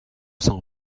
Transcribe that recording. cent